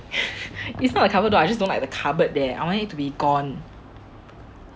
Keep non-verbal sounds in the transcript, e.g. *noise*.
*laughs* it's not the cupboard though I just don't like the cupboard there I want it to be gone